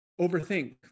overthink